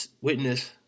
witness